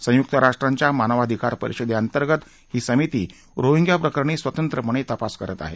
संयुक्त राष्ट्रांच्या मानवाधिकार परिषदेअंतर्गत ही समिती रोहिंग्याप्रकरणी स्वतंत्रपणे तपास करत आहे